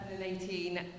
2018